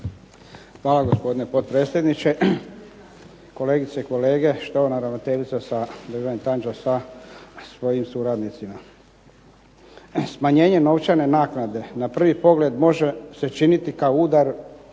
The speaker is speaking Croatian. Hvala gospodine potpredsjedniče, kolegice i kolege, štovana ravnateljice, državni tajniče sa svojim suradnicima. Smanjenje novčane naknade na prvi pogled može se činiti kao udar na